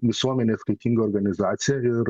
visuomenei atskaitinga organizacija ir